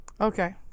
Okay